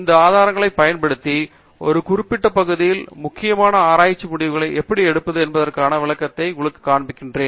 இந்த ஆதாரங்களைப் பயன்படுத்தி ஒரு குறிப்பிட்ட பகுதியில் முக்கியமான ஆராய்ச்சி முடிவுகளை எப்படிப் பார்ப்பது என்பதற்கான விளக்கத்தை நான் உங்களுக்கு காண்பிக்கிறேன்